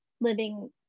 living